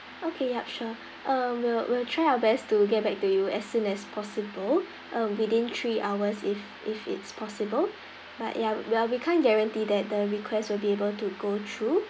okay yup sure uh we'll we'll try our best to get back to you as soon as possible uh within three hours if if it's possible but ya we are we can't guarantee that the request will be able to go through